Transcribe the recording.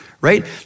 right